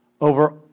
over